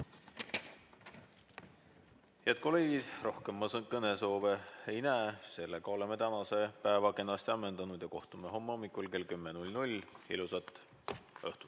kolleegid, rohkem ma kõnesoove ei näe. Sellega oleme tänase päeva kenasti ammendanud ja kohtume homme hommikul kell 10. Ilusat õhtut!